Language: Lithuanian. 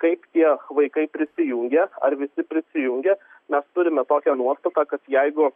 kaip tie vaikai prisijungia ar visi prisijungia mes turime tokią nuostatą kad jeigu